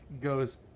goes